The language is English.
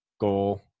goal